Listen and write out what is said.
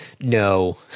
no